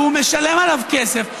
והוא משלם עליו כסף,